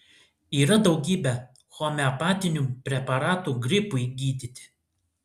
yra daugybė homeopatinių preparatų gripui gydyti